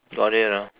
got it ah